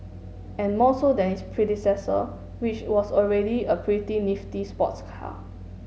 and more so than its predecessor which was already a pretty nifty sports car